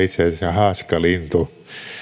haaskalintu